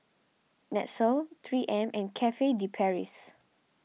Nestle three M and Cafe De Paris